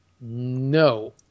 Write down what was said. No